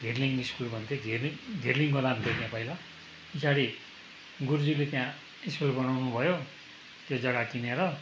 घिरलिङ school भन्थे घिरलिङ घिरलिङको नाम थियो नेपालीमा पछाडि गुरुज्यूले त्यहाँ स्कुल बनाउनु भयो त्यो जग्गा किनेर